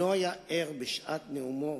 לא היה ער בשעת נאומו